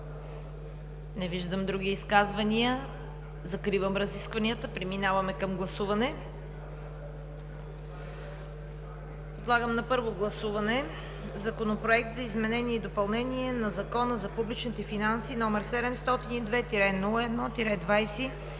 Не виждам други изказвания. Закривам разискванията. Преминаваме към гласуване. Подлагам на първо гласуване Законопроект за изменение и допълнение на Закона за публичните финанси, № 702-01-20,